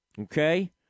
okay